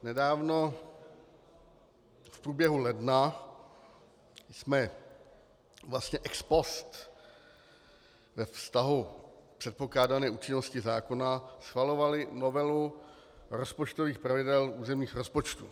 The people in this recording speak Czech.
Nedávno, v průběhu ledna, jsme vlastně ex post ve vztahu k předpokládané účinnosti zákona schvalovali novelu rozpočtových pravidel územních rozpočtů.